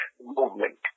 movement